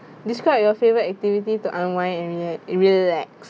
describe your favourite activity to unwind and relax